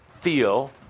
feel